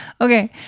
Okay